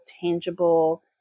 tangible